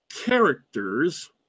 characters